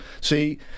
see